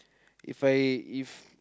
If I if